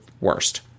worst